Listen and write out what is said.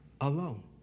alone